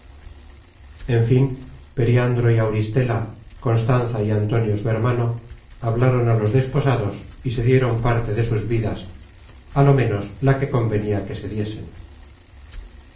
en fin periandro y auristela constanza y antonio su hermano hablaron á los desposados y se dieron parte de sus vidas á lo menos la que convenia que se diesen